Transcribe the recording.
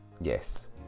Yes